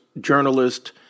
journalist